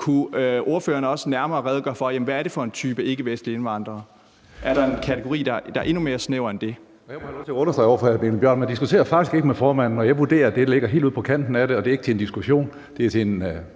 kunne redegøre nærmere for, hvad det er for en type ikkevestlige indvandrere. Er der en kategori, der er endnu mere snæver end det? Kl. 16:18 Tredje næstformand (Karsten Hønge): Jeg er bare nødt til at understrege over for hr. Mikkel Bjørn, at man faktisk ikke diskuterer med formanden, og jeg vurderer, at det ligger helt ude på kanten af det, og det er ikke til diskussion, men det